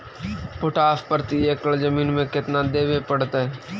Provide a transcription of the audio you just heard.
Potash प्रति एकड़ जमीन में केतना देबे पड़तै?